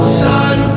sun